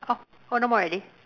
orh oh no more already